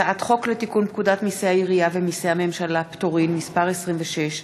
הצעת חוק לתיקון פקודת מסי העירייה ומסי הממשלה (פטורין) (מס' 26),